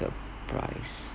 surprise